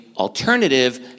Alternative